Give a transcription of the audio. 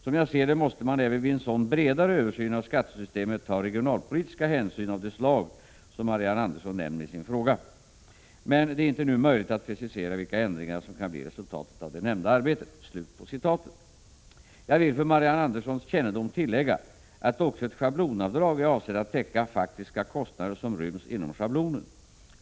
Som jag ser det måste man även vid en sådan bredare översyn av skattesystemet ta regionalpolitiska hänsyn av det slag som Marianne Andersson nämner i sin fråga. Men det är inte nu möjligt att precisera vilka ändringar som kan bli resultatet av det nämnda arbetet.” Jag vill för Marianne Anderssons kännedom tillägga att också ett schablonavdrag är avsett att täcka faktiska kostnader som ryms inom schablonen.